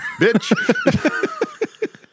bitch